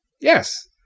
Yes